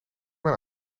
mijn